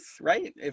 right